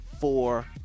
four